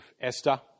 Esther